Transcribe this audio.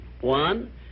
One